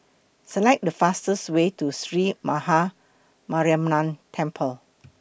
Select The fastest Way to Sree Maha Mariamman Temple